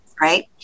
right